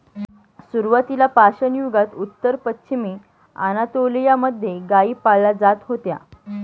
सुरुवातीला पाषाणयुगात उत्तर पश्चिमी अनातोलिया मध्ये गाई पाळल्या जात होत्या